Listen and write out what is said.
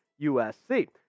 usc